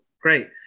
great